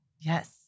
Yes